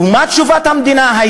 ומה הייתה תשובת המדינה?